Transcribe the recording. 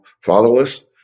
fatherless